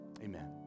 Amen